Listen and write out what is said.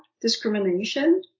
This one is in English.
discrimination